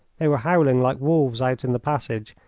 they were howling like wolves out in the passage,